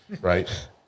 right